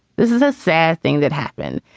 this is a sad thing that happened.